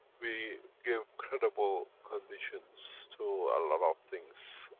we give credible conditions to a lot of things.